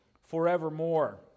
forevermore